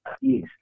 yes